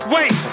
Wait